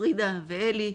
פרידה ואלי,